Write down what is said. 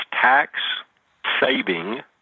tax-saving